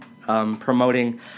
promoting